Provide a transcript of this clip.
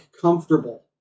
comfortable